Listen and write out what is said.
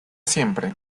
siempre